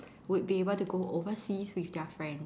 would be able to go overseas with their friends